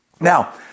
Now